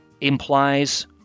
implies